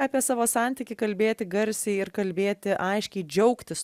apie savo santykį kalbėti garsiai ir kalbėti aiškiai džiaugtis